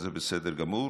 אז זה בסדר גמור,